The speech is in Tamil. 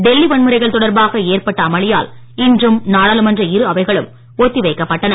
டெல்லி வன்முறைகள் தொடர்பாக ஏற்பட்ட அமளியால் இன்றும் நாடாளுமன்ற இரு அவைகளும் ஒத்தி வைக்கப்பட்டன